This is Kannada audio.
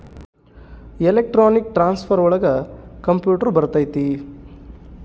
ಎಲೆಕ್ಟ್ರಾನಿಕ್ ಟ್ರಾನ್ಸ್ಫರ್ ಒಳಗ ಕಂಪ್ಯೂಟರ್ ಬರತೈತಿ